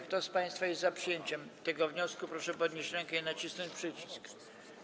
Kto z państwa jest za przyjęciem tego wniosku, proszę podnieść rękę i nacisnąć przycisk.